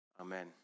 Amen